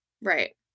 Right